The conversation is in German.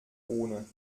ohne